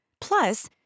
Plus